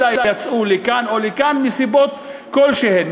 אלא יצאו לכאן או לכאן מסיבות כלשהן,